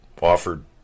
offered